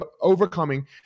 overcoming